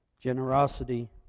generosity